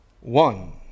one